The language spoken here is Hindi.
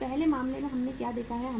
तो पहले मामले में हमने क्या देखा है